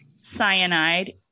cyanide